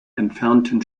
entfernten